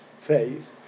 faith